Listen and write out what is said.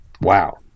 wow